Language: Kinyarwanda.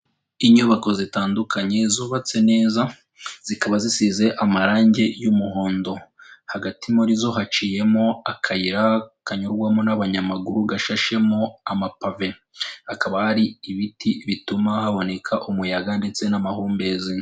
Inyubako zitandukanye zubatse neza zikaba zisize amarange y'umuhondo, hagati muri zo haciyemo akayira kanyurwamo n'abanyamaguru gashashemo amapave, hakaba hari ibiti bituma haboneka umuyaga ndetse n'amahumbezi.